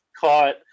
caught